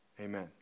Amen